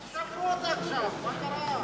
אז תשפרו אותו עכשיו, מה קרה?